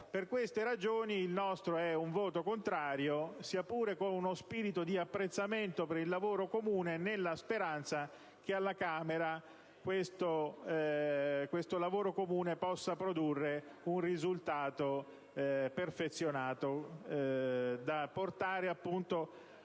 Per queste ragioni, il nostro voto sarà contrario, sia pure con uno spirito di apprezzamento per il lavoro comune svolto, nella speranza che alla Camera esso possa produrre un risultato perfezionato da portare ai